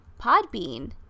Podbean